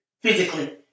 physically